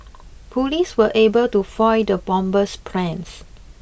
police were able to foil the bomber's plans